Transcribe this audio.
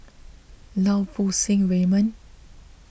Lau Poo Seng Raymond